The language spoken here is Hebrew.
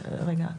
סירוב?